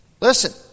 Listen